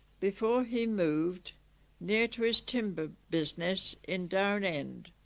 before he moved near to his timber business in down end